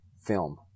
film